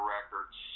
Records